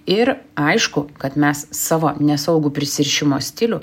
ir aišku kad mes savo nesaugų prisirišimo stilių